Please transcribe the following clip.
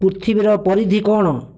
ପୃଥିବୀର ପରିଧି କ'ଣ